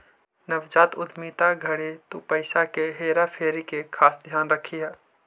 नवजात उद्यमिता घड़ी तु पईसा के हेरा फेरी के खास ध्यान रखीह